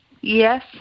Yes